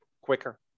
quicker